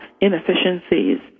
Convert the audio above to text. inefficiencies